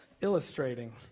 illustrating